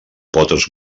potes